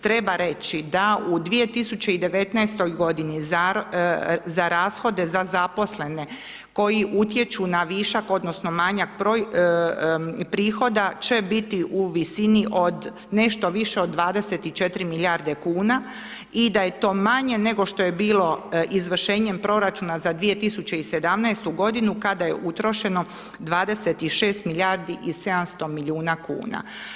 Treba reći da u 2019.-toj godini za rashode za zaposlene koji utječu na višak odnosno manjak prihoda će biti u visini od nešto više od 24 milijarde kuna i da je to manje, nego što je bilo izvršenjem proračuna za 2017.-tu godinu kada je utrošeno 26 milijardi i 700 milijuna kuna.